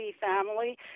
Family